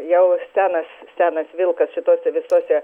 jau senas senas vilkas šituose visuose